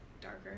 darker